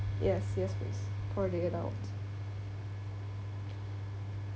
yes yes please for a day out